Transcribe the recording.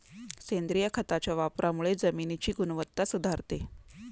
सेंद्रिय खताच्या वापरामुळे जमिनीची गुणवत्ता सुधारते